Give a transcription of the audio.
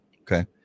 okay